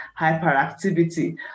hyperactivity